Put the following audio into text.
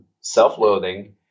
self-loathing